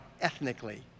ethnically